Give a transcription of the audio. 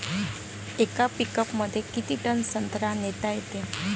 येका पिकअपमंदी किती टन संत्रा नेता येते?